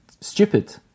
Stupid